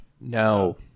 No